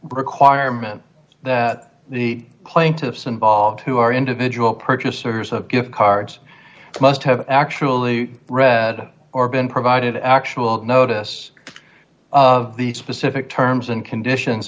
requirement that the plaintiffs involved who are individual purchasers of gift cards must have actually read or been provided actual notice of the specific terms and conditions